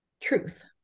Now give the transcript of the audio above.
truth